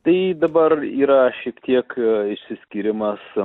tai dabar yra šiek tiek išsiskyrimas